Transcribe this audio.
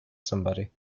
somebody